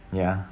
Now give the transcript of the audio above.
ya